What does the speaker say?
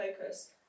focus